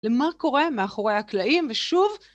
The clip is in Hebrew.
למה קורה מאחורי הקלעים, ושוב...